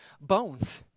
bones